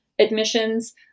admissions